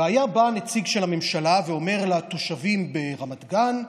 והיה בה נציג של הממשלה ואומר לתושבים ברמת גן: